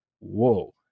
Whoa